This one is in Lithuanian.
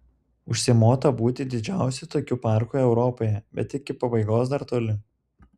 užsimota būti didžiausiu tokiu parku europoje bet iki pabaigos dar toli